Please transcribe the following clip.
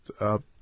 up